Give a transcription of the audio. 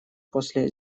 после